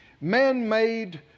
Man-made